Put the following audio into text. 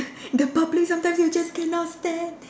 the public sometimes you just cannot stand